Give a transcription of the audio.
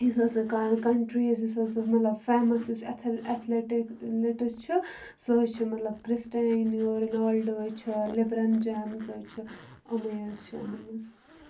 یُس حظ کَنٹرٛیٖز یُس حظ سُہ مطلب فیمَس یُس اٮ۪تھلیٖٹِک لِٹٕس چھُ سُہ حظ چھُ مطلب کِرٛسٹینیو رنالڈو حظ چھِ لِبرَن جیمٕز حظ چھُ یِمَے حظ چھِ یِمَن منٛز